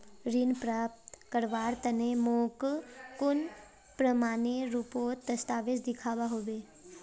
ऋण प्राप्त करवार तने मोक कुन प्रमाणएर रुपोत दस्तावेज दिखवा होबे?